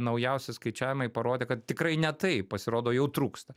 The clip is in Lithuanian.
naujausi skaičiavimai parodė kad tikrai ne taip pasirodo jau trūksta